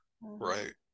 right